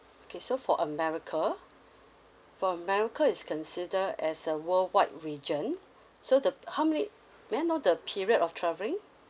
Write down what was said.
okay so for america for america is consider as a worldwide region so the how many may I know the period of travelling